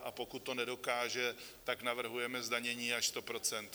A pokud to nedokáže, tak navrhujeme zdanění až 100 procent.